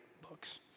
books